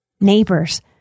neighbors